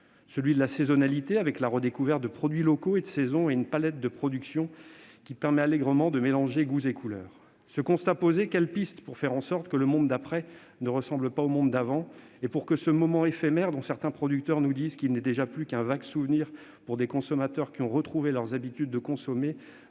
Concept de la saisonnalité, enfin, avec la redécouverte de produits locaux et de saison, et une palette de productions qui permet de mélanger allégrement les goûts et les couleurs. Ce constat posé, quelles pistes explorer pour faire en sorte que le monde d'après ne ressemble pas au monde d'avant, et pour que ce moment éphémère, dont certains producteurs nous disent qu'il n'est déjà plus qu'un vague souvenir pour des consommateurs qui ont retrouvé leurs habitudes antérieures,